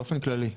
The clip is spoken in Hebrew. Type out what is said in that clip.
באופן כללי.